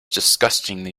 disgustingly